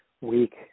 week